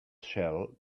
shell